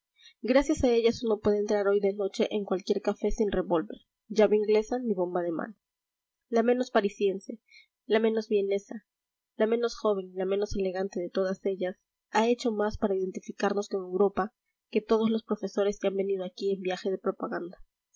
gracias a ellas uno puede entrar hoy de noche en cualquier café sin revólver llave inglesa ni bomba de mano la menos parisiense la menos vienesa la menos joven y la menos elegante de todas ellas ha hecho más para identificarnos con europa que todos los profesores que han venido aquí en viaje de propaganda